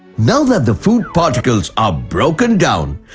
now that the food particles are broken down.